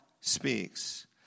speaks